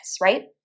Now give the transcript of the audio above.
right